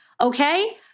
Okay